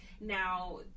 Now